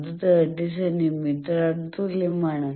അത് 30 സെന്റീമീറ്റർന് തുല്യമാണ്